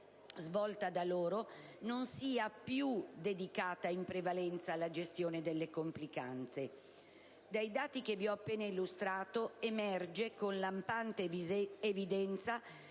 svolgono non sia più dedicata in prevalenza alla gestione delle complicanze. Dai dati che vi ho appena illustrato, emerge con lampante evidenza